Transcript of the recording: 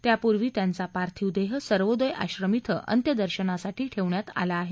त्यापूर्वी त्यांचा पार्थिव देह सर्वोदय आश्रम अं अंत्यदर्शनासाठी ठेवण्यात आला आहे